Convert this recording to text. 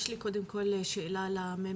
יש לי קודם כל שאלה לממ"מ